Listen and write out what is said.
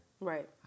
Right